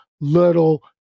little